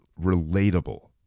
relatable